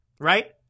right